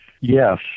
Yes